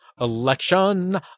election